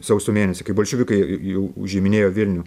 sausio mėnesį kai bolševikai jau užiminėjo vilnių